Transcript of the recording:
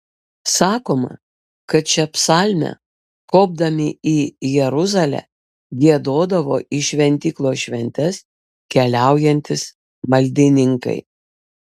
sakoma kad šią psalmę kopdami į jeruzalę giedodavo į šventyklos šventes keliaujantys maldininkai